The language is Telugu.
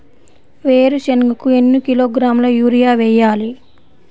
వేరుశనగకు ఎన్ని కిలోగ్రాముల యూరియా వేయాలి?